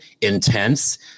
intense